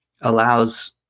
allows